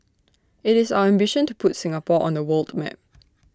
IT is our ambition to put Singapore on the world map